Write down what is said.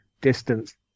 distance